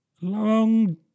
long